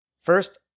First